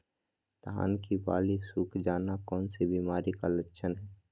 धान की बाली सुख जाना कौन सी बीमारी का लक्षण है?